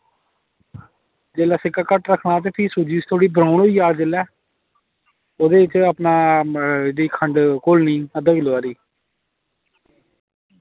जेल्लै सेका घट्ट रक्खना ते फ्ही सूजी थोह्ड़ी ब्राउन होई जा जेल्लै ते ओह्दे च अपना खंड घोलनी अद्धा किलो हारी